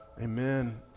Amen